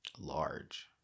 Large